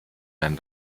wenn